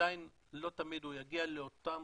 עדיין לא תמיד הוא יגיע לאותן